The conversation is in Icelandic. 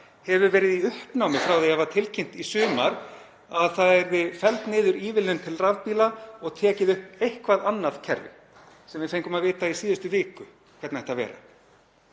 hefur verið í uppnámi frá því að það var tilkynnt í sumar að það yrði felld niður ívilnun til rafbíla og tekið upp eitthvert annað kerfi, sem við fengum að vita í síðustu viku hvernig ætti að vera.